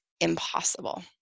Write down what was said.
impossible